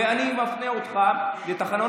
ואני מפנה אותך לתקנון